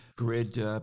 grid